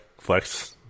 flex